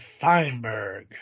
Feinberg